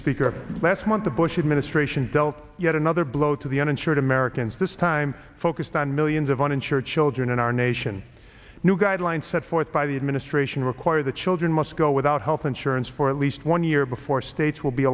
speaker last month the bush administration dealt yet another blow to the uninsured americans this time focused on millions of uninsured children in our nation new guidelines set forth by the administration require the children must go without health insurance for at least one year before states will be